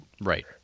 Right